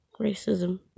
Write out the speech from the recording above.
racism